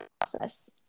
process